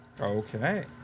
Okay